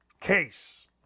case